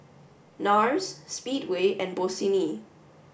NARS Speedway and Bossini